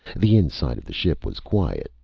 the inside of the ship was quiet,